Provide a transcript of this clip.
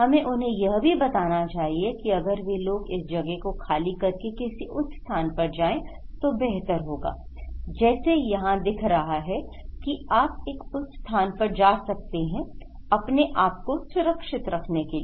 हमें उन्हें यह भी बताना चाहिए कि अगर वे लोग इस जगह को खाली करके किसी उच्च स्थान पर जाएं तो बेहतर होगा जैसे यहां दिखा रहे हैं की आप एक उच्च स्थान पर जा सकते हैं अपने आप को सुरक्षित रखने के लिए